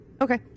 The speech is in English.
Okay